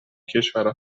کشورها